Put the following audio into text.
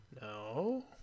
No